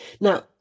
Now